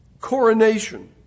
coronation